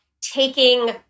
taking